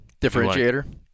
Differentiator